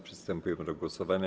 Przystępujemy do głosowania.